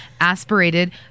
aspirated